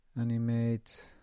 Animate